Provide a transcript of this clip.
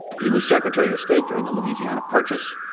he was secretary of state during the louisiana purchase,